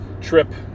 trip